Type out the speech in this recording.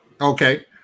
Okay